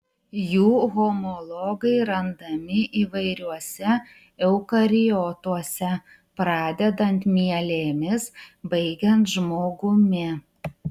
jų homologai randami įvairiuose eukariotuose pradedant mielėmis baigiant žmogumi